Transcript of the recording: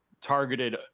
targeted